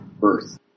birth